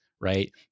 Right